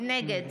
נגד